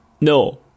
No